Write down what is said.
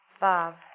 Bob